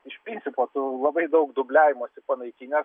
iš principo labai daug dubliavimosi panaikinę